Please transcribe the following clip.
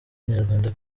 inyarwanda